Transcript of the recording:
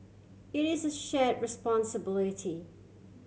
it is a share responsibility